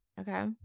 Okay